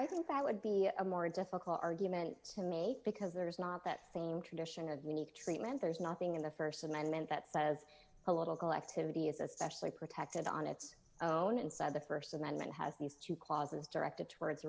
i think that would be a more difficult argument to make because there is not that same tradition of we need treatment there's nothing in the st amendment that says political activity is especially protected on its own inside the st amendment has these two clauses directed towards